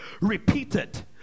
repeated